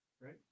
Right